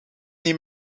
niet